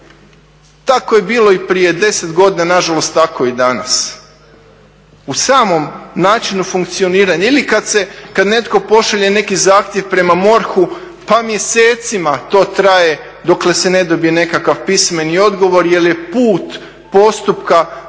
Tako je bilo i prije 10 godina, nažalost, tako je i danas. U samom načinu funkcioniranja ili kad netko pošalje neki zahtjev prema MORH-u pa mjesecima to traje, dokle se ne dobije nekakav pismeni odgovor jer je put postupka